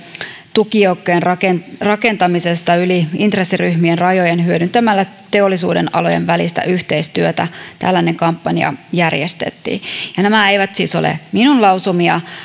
tukijoukkojen rakentamisesta rakentamisesta yli intressiryhmien rajojen hyödyntämällä teollisuudenalojen välistä yhteistyötä tällainen kampanja järjestettiin nämä eivät siis ole minun lausumiani